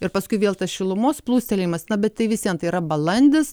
ir paskui vėl tas šilumos plūstelėjimas na bet tai vis vien tai yra balandis